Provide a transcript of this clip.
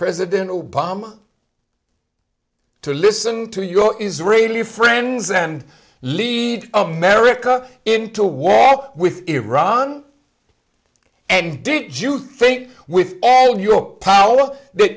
president obama to listen to your israeli friends and lead america into war with iran and do you think with all your power